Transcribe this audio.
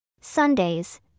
Sundays